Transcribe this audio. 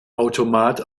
automat